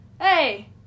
Hey